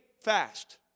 fast